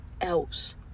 else